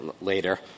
later